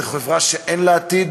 זו חברה שאין לה עתיד,